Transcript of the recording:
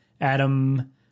adam